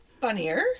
funnier